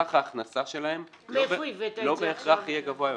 סך ההכנסה שלהן לא בהכרח יהיה גבוה יותר.